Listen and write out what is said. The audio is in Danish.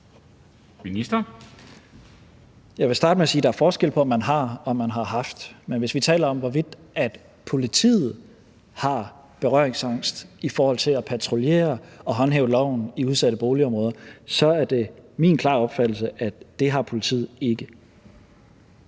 Jeg vil starte med at sige, at der er forskel på, om man har, og om man har haft. Men hvis vi taler om, hvorvidt politiet har berøringsangst i forhold til at patruljere og håndhæve loven i udsatte boligområder, er det min klare opfattelse, at det har politiet ikke.